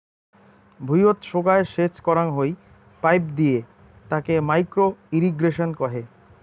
ভুঁইয়ত সোগায় সেচ করাং হই পাইপ দিয়ে তাকে মাইক্রো ইর্রিগেশন কহে